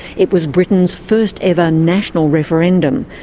it was britain's first ever national referendum,